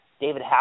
David